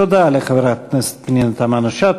תודה לחברת הכנסת פנינה תמנו-שטה.